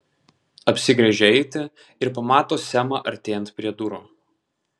apsigręžia eiti ir pamato semą artėjant prie durų